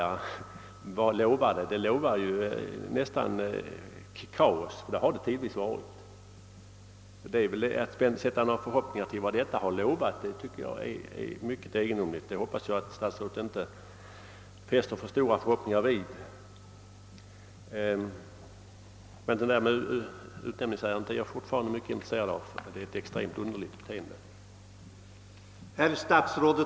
Ja, vad lovar det? Det lovar nästan kaos, och det har det tidvis varit. Att man kan sätta något hopp till vad ADB har lovat inom detta område tycker jag är mycket egendomligt. Måtte statsrådet inte hysa för stora förhoppningar! Utnämningsärendet är jag fortfarande mycket intresserad av. Vad som där förekommit är ytterst egendomligt.